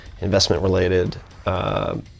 investment-related